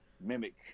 mimic